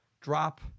drop